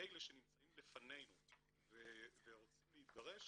האלה שנמצאים בפנינו ורוצים להתגרש,